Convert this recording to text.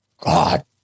God